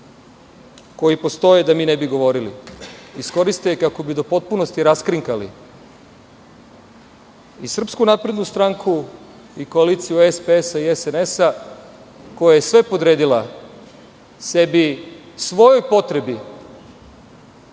koji postoje da mi ne bi govorili, iskoriste kako bi do potpunosti raskrinkali i SNS, i koaliciju SPS i SNS koja je sve podredila sebi, svojoj potrebi